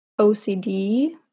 OCD